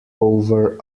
over